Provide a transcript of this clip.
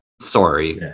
sorry